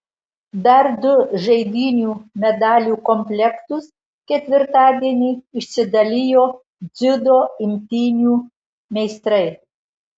dar du žaidynių medalių komplektus ketvirtadienį išsidalijo dziudo imtynių meistrai